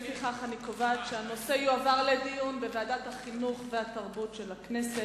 לפיכך אני קובעת שהנושא יועבר לדיון בוועדת החינוך והתרבות של הכנסת.